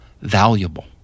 valuable